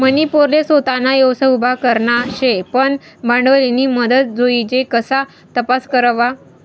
मनी पोरले सोताना व्यवसाय उभा करना शे पन भांडवलनी मदत जोइजे कशा तपास करवा?